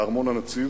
בארמון הנציב,